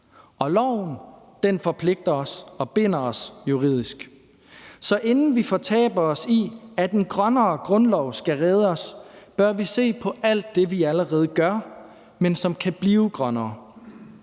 Og loven forpligter os og binder os juridisk. Så inden vi fortaber os i, at en grønnere grundlov skal redde os, bør vi se på alt det, vi allerede gør, men som kan blive grønnere.